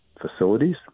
facilities